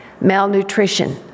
malnutrition